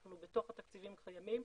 אנחנו בתוך התקציבים הקיימים,